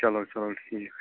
چلو چلو ٹھیٖک چھُ